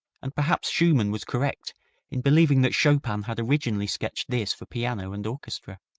and perhaps schumann was correct in believing that chopin had originally sketched this for piano and orchestra.